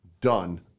done